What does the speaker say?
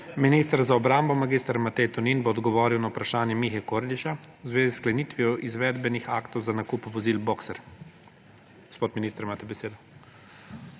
Minister za obrambo mag. Matej Tonin bo odgovoril na vprašanje Mihe Kordiša v zvezi s sklenitvijo izvedbenih aktov za nakup vozil Boxer. Gospod minister, imate besedo.